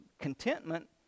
contentment